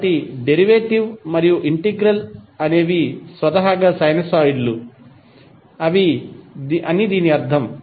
కాబట్టి డెరివేటివ్ మరియు ఇంటెగ్రల్ అనెవి స్వతహాగా సైనోసాయిడ్లు అని దీని అర్థం